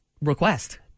request